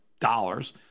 dollars